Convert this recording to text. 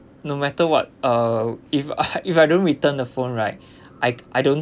no matter what uh if I if I don't return the phone right I I don't